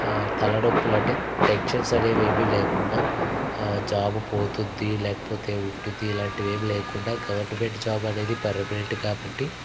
తలనొప్పులు అంటే టెన్షన్స్ అనేవి ఏమి లేకుండా జాబు పోతుంది లేకపోతే ఉంటుంది ఇలాంటివి ఏమి లేకుండా గవర్నమెంట్ జాబు అనేది పర్మినెంట్ కాబట్టి